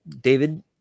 David